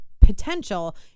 potential